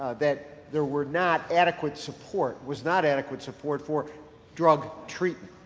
that there were not adequate support, was not adequate support for drug treatment.